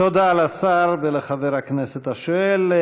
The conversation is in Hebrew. תודה לשר ולחבר הכנסת השואל.